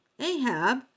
Ahab